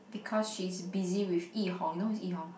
because she's busy with Yi-Hong you know who is Yi-Hong